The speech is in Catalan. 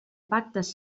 pactes